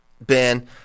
Ben